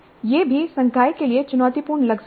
यह भी संकाय के लिए चुनौतीपूर्ण लग सकता है